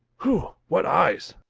whew! what eyes!